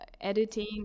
editing